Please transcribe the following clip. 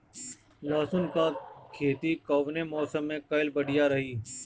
लहसुन क खेती कवने मौसम में कइल बढ़िया रही?